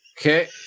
Okay